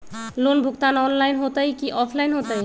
Loan भुगतान online होतई कि ऑफलाइन होतई?